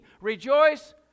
rejoice